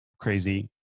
crazy